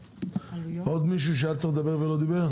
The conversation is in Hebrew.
עוד מישהו שהיה צריך לדבר ולא דיבר?